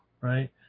Right